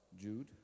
Jude